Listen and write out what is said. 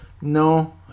No